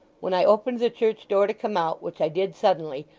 when i opened the church-door to come out, which i did suddenly,